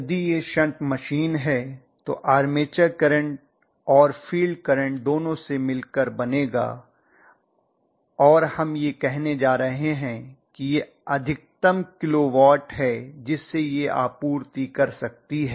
यदि यह shunt machine है तो आर्मेचर करंट और फील्ड करंट दोनों से मिलकर बनेगा और हम यह कहने जा रहे हैं कि यह अधिकतम किलो वाट है जिसे यह आपूर्ति कर सकती है